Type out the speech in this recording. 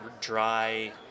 dry